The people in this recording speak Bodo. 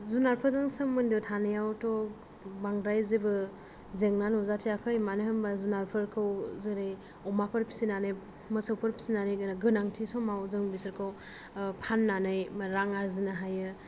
जुनारफौरजों सोमोन्दो थानायावथ' बांद्राय जेबो जेंना नुजाथियाखै मानो होनबा जुनारफोरखौ जेरै अमाफोर फिसिनानै मोसौफोर फिनानैनो गोनांथि समाव जों बिसोरखौ फाननानै रां आरजिनो हायो